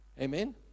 Amen